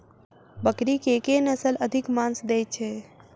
बकरी केँ के नस्ल अधिक मांस दैय छैय?